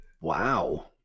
Wow